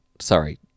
Sorry